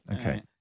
Okay